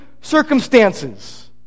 circumstances